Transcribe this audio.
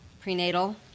prenatal